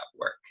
work